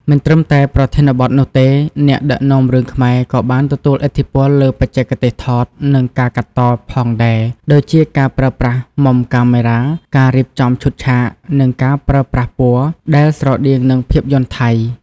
មិនត្រឹមតែប្រធានបទនោះទេ អ្នកដឹកនាំរឿងខ្មែរក៏បានទទួលឥទ្ធិពលលើ បច្ចេកទេសថត និងការកាត់ត ផងដែរ ដូចជាការប្រើប្រាស់មុំកាមេរ៉ា ការរៀបចំឈុតឆាក និងការប្រើប្រាស់ពណ៌ ដែលស្រដៀងនឹងភាពយន្តថៃ។